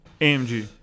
AMG